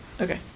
okay